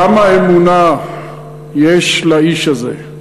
כמה אמונה יש לאיש הזה,